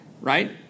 right